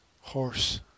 horse